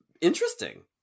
interesting